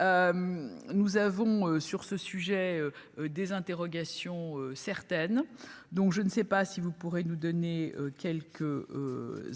nous avons sur ce sujet des interrogations certaines donc je ne sais pas si vous pourrez nous donner quelques